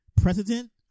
Precedent